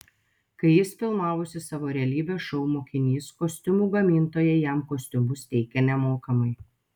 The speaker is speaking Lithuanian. kai jis filmavosi savo realybės šou mokinys kostiumų gamintojai jam kostiumus tiekė nemokamai